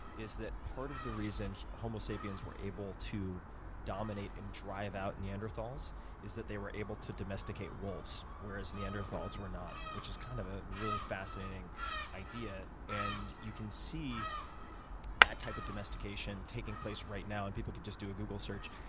is that part of the reason homo sapiens were able to dominate and drive out and neanderthals is that they were able to domesticate wolves. whereas neanderthals were not, which is kind of ah a fascinating idea. and you can see that type of domestication taking place right now, and people could just do a google search,